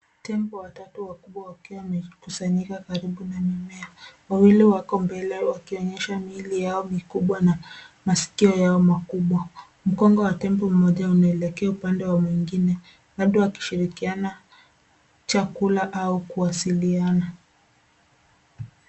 Tembo watatu wakubwa wakiwa wamekusanyika karibu na mimea. Wawili wako mbele wakionyesha mili yao mikubwa na maskio yao makubwa. Mkongo wa tembo mmoja unaelekea upande wa mwingine. Labda wakishirikiana chakula au kuwasiliana.